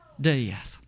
death